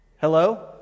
Hello